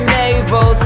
naval